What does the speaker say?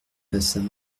passa